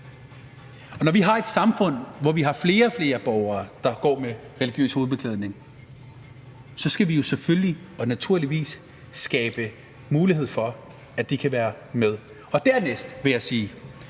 Og når vi har et samfund, hvor vi har flere og flere borgere, der går med religiøs hovedbeklædning, så skal vi jo selvfølgelig og naturligvis skabe mulighed for, at de kan være med. Dernæst vil jeg sige,